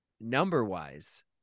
number-wise